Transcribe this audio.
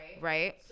right